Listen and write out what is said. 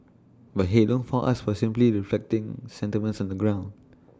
but hey don't fault us for simply reflecting sentiments on the ground